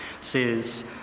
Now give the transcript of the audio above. says